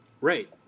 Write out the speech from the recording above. Right